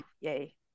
yay